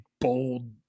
bold